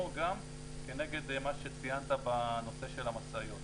גם כנגד מה שציינת בנושא של המשאיות.